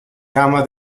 gama